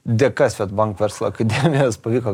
dėka swedbank verslo akademijos pavyko